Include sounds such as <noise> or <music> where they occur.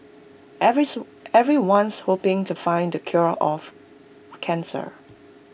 <unintelligible> everyone's hoping to find the cure of cancer